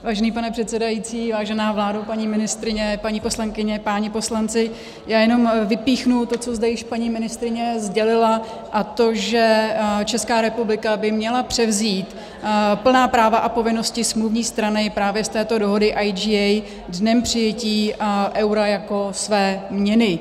Vážený pane předsedající, vážená vládo, paní ministryně, paní poslankyně, páni poslanci, já jenom vypíchnu to, co zde již paní ministryně sdělila, a to že Česká republika by měla převzít plná práva a povinnosti smluvní strany právě z této dohody IGA dnem přijetí eura jako své měny.